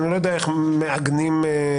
אני לא יודע איך מעגנים גלשן,